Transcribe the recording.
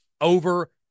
over